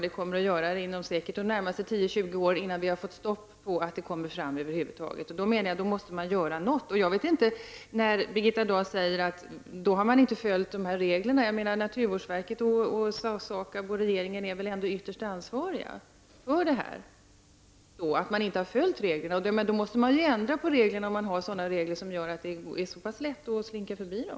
Så kommer säkerligen att bli fallet under de närmaste 10--20 åren, innan vi har fått stopp för användningen över huvud taget. Man måste göra något. Birgitta Dahl säger att man inte har uppfyllt sina åtaganden. Naturvårdsverket, SAKAB och regeringen är väl ändå ytterst ansvariga för att man inte har följt reglerna. Om det är så pass lätt att slinka förbi reglerna, måste man väl ändra dem.